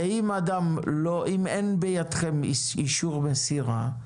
ואם אין בידכם אישור מסירה,